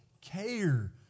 care